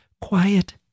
quiet